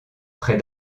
près